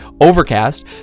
Overcast